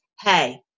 Hey